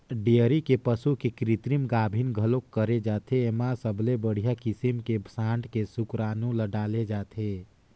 dairy के पसू के कृतिम गाभिन घलोक करे जाथे, एमा सबले बड़िहा किसम के सांड के सुकरानू ल डाले जाथे